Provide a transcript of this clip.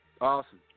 Awesome